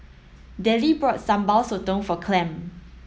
Dellie bought Sambal Sotong for Clem